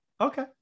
okay